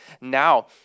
now